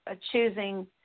choosing